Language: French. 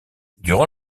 durant